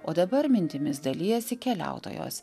o dabar mintimis dalijasi keliautojos